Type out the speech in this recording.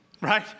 right